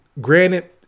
granted